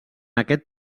aquest